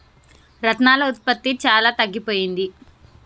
రత్నాల ఉత్పత్తి చాలా తగ్గిపోయింది